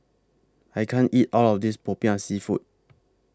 I can't eat All of This Popiah Seafood